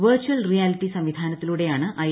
virtual reality സംവിധാനത്തിലൂടെയാണ് I